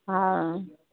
हँ